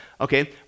okay